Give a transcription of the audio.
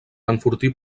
enfortir